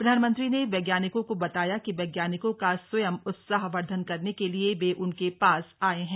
प्रधानमंत्री ने वैज्ञानिकों को बताया कि वैज्ञानिकों का स्वयं उत्साहवर्धन करने के लिए वे उनके पास आये हैं